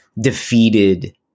defeated